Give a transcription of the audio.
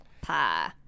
pie